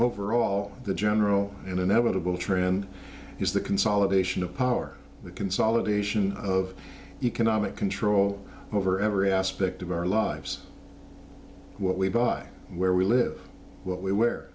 over all the general and inevitable trend is the consolidation of power the consolidation of economic control over every aspect of our lives what we buy where we live wh